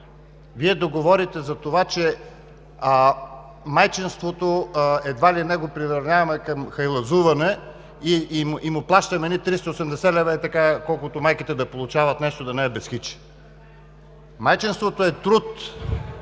Вие да говорите за това, че майчинството, едва ли не го приравняваме към хайлазуване и му плащаме едни 380 лв. ей така, колкото майките да получават нещо да не е без хич. Майчинството е труд,